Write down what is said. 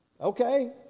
Okay